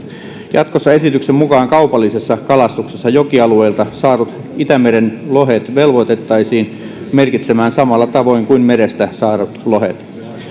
jatkossa esityksen mukaan kaupallisessa kalastuksessa jokialueilta saadut itämerenlohet velvoitettaisiin merkitsemään samalla tavoin kuin merestä saadut lohet